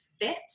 fit